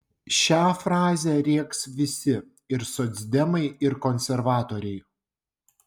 šią frazę rėks visi ir socdemai ir konservatoriai